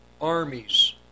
armies